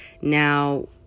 Now